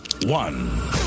one